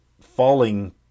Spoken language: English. falling